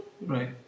Right